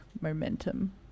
momentum